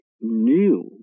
new